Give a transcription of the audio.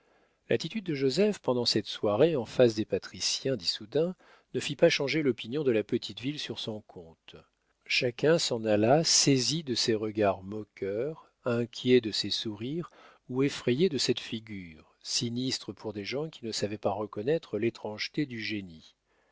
l'attitude de joseph pendant cette soirée en face des patriciens d'issoudun ne fit pas changer l'opinion de la petite ville sur son compte chacun s'en alla saisi de ses regards moqueurs inquiet de ses sourires ou effrayé de cette figure sinistre pour des gens qui ne savaient pas reconnaître l'étrangeté du génie